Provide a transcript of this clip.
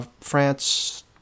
France